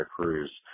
Cruz